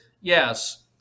yes